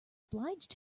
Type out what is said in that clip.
obliged